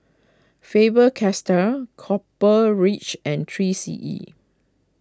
Faber Castell Copper Ridge and three C E